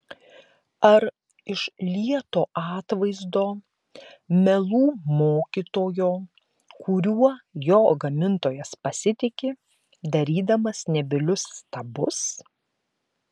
ar iš lieto atvaizdo melų mokytojo kuriuo jo gamintojas pasitiki darydamas nebylius stabus